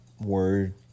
word